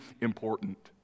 important